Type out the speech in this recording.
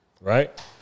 right